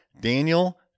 Daniel